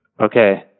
Okay